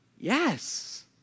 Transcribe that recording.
yes